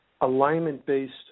alignment-based